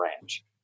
ranch